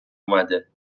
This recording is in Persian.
اومده